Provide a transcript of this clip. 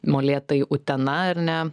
molėtai utena ar ne